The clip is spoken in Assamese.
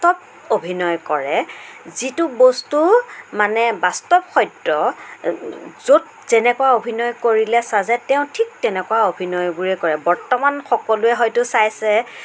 বাস্তৱ অভিনয় কৰে যিটো বস্তু মানে বাস্তৱ সত্য য'ত যেনেকুৱা অভিনয় কৰিলে চাজে তেওঁ ঠিক তেনেকুৱা অভিনয়বোৰেই কৰে বৰ্তমান সকলোৱে হয়তো চাইছে